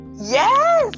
Yes